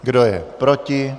Kdo je proti?